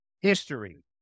history